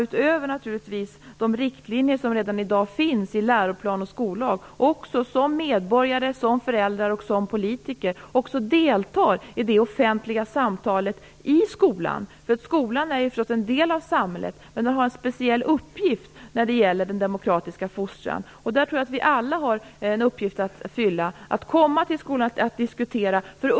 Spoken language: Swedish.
Utöver de riktlinjer som finns i läroplan och skollag deltar vi också som medborgare, föräldrar och politiker i det offentliga samtalet i skolan. Skolan är en del av samhället, men man har en speciell uppgift när det gäller den demokratiska fostran. Där har vi alla en uppgift att fylla, att komma till skolan och diskutera.